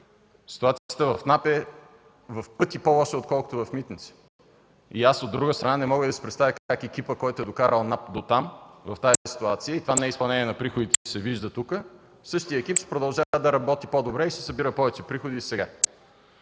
Ситуацията в НАП е в пъти по-лоша, отколкото в „Митници”. И аз, от друга страна, не мога да си представя как екипът, който е докарал НАП в тази ситуация, и това неизпълнение на приходите, се вижда тука, същият екип ще продължава да работи по-добре, и ще събира повече приходи от